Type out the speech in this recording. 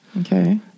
Okay